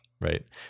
Right